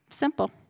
simple